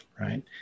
right